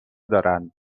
دارن